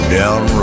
down